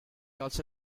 also